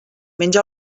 menja